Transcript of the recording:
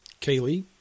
Kaylee